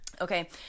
Okay